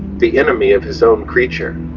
the enemy of his own creature.